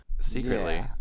secretly